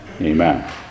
amen